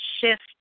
shift